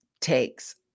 takes